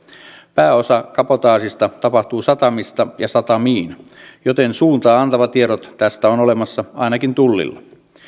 pääosa kabotaasista tapahtuu satamista ja satamiin joten suuntaa antavat tiedot tästä on olemassa ainakin tullilla